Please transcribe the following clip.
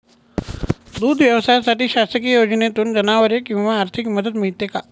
दूध व्यवसायासाठी शासकीय योजनेतून जनावरे किंवा आर्थिक मदत मिळते का?